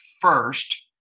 first